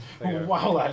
Wow